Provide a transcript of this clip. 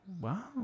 Wow